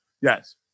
yes